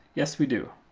yes, we do.